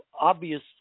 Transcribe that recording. obvious